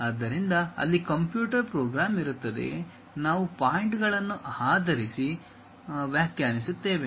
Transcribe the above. ಆದ್ದರಿಂದ ಅಲ್ಲಿ computer program ಇರುತ್ತದೆ ನಾವು ಪಾಯಿಂಟ್ಸ್ಗಳನ್ನು ಆಧರಿಸಿ ವ್ಯಾಖ್ಯಾನಿಸುತ್ತೇವೆ